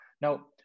Now